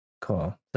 Cool